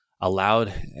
allowed